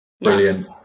brilliant